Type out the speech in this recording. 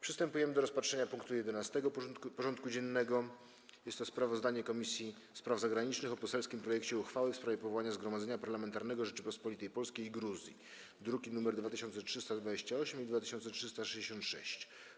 Przystępujemy do rozpatrzenia punktu 11. porządku dziennego: Sprawozdanie Komisji Spraw Zagranicznych o poselskim projekcie uchwały w sprawie powołania Zgromadzenia Parlamentarnego Rzeczypospolitej Polskiej i Gruzji (druki nr 2328 i 2366)